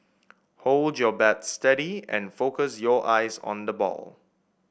hold your bat steady and focus your eyes on the ball